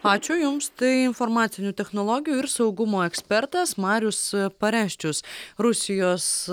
ačiū jums tai informacinių technologijų ir saugumo ekspertas marius pareščius rusijos